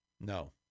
No